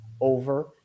over